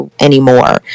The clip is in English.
anymore